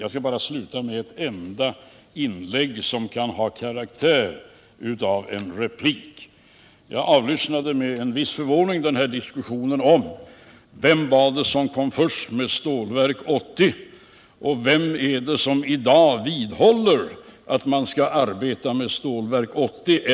Jag skall sluta med ett enda inlägg, som kan ha karaktären av en Jag lyssnade med en viss förvåning på diskussionen om vem som kom först med Stålverk 80 och vem som i dag vidhåller att man skall arbeta med detta.